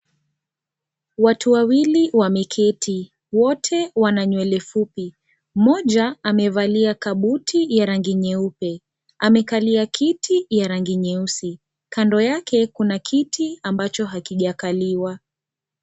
Watu wawili wamekaa, wote wana nywele fupi, mmoja amevalia kabuti ya rangi nyeupe, amekalia kiti ya rangi nyeusi, kando yake kuna kiti ambacho hakijakaliwa.